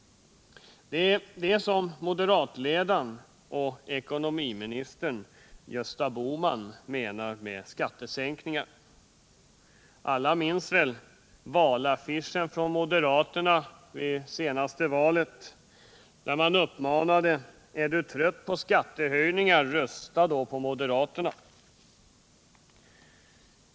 Det är det som moderatledaren och ekonomiministern Gösta Bohman menar med skattesänkningar. Alla minns väl valaffischen från moderaterna med uppmaningen: Är du trött på skattehöjningar, rösta då på moderaterna.